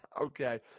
Okay